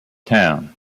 town